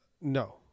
No